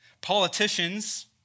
Politicians